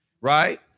Right